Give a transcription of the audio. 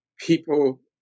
people